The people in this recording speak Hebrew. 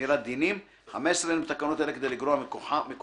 שמירת דינים אין בתקנות אלה כדי לגרוע מכוחו